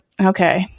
okay